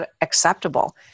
acceptable